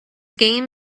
game